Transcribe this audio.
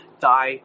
die